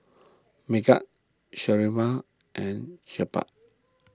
Megat Sharifah and Jebat